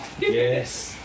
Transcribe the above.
Yes